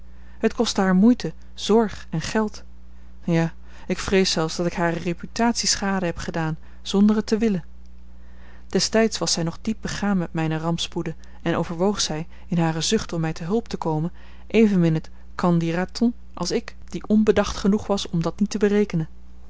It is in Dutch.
het kostte haar moeite zorg en geld ja ik vrees zelfs dat ik hare reputatie schade heb gedaan zonder het te willen destijds was zij nog diep begaan met mijne rampspoeden en overwoog zij in hare zucht om mij te hulp te komen evenmin het qu'en dira t on als ik die onbedacht genoeg was om dat niet te berekenen